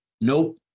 Nope